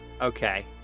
Okay